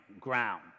ground